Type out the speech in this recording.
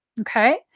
okay